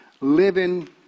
living